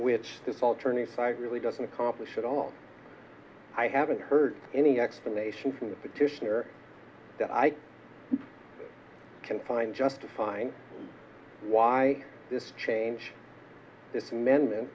which this alternate site really doesn't accomplish at all i haven't heard any explanation from the petitioner that i can find justifying why this change this amendment